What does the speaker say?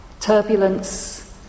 Turbulence